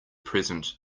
present